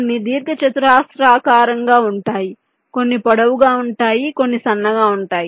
కొన్ని దీర్ఘచతురస్రాకారంగా ఉంటాయి కొన్ని పొడవుగా ఉంటాయి కొన్ని సన్నగా ఉంటాయి